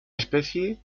especie